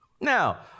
Now